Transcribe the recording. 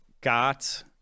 got